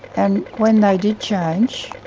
and when they did change,